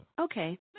okay